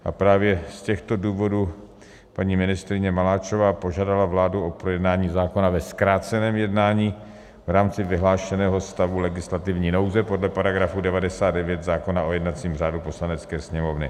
A právě z těchto důvodů paní ministryně Maláčová požádala vládu o projednání zákona ve zkráceném jednání v rámci vyhlášeného stavu legislativní nouze podle § 99 zákona o jednacím řádu Poslanecké sněmovny.